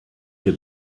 wir